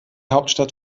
hauptstadt